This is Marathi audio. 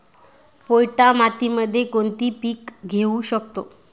पोयटा मातीमध्ये कोणते पीक घेऊ शकतो?